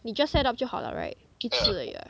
你 just set up 就好 liao right 一次而已 ah